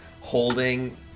holding